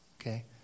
Okay